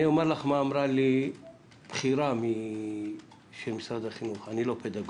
אני אומר לך מה אמרה לי בכירה של משרד החינוך - אני לא פדגוג,